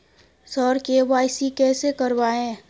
sir KYC कैसे करवाएं